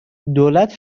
دولت